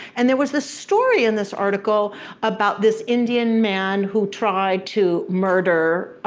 and there was this story in this article about this indian man who tried to murder,